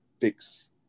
Fix